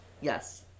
yes